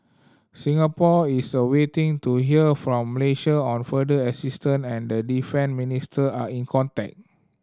Singapore is a waiting to hear from Malaysia on further assistance and the defence minister are in contact